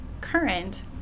current